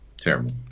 Terrible